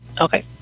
Okay